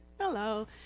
Hello